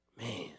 Man